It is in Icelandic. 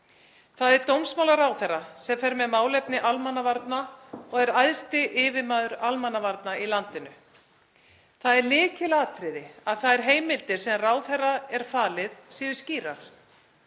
Það er dómsmálaráðherra sem fer með málefni almannavarna og er æðsti yfirmaður almannavarna í landinu. Það er lykilatriði að þær heimildir sem ráðherra eru faldar séu skýrar.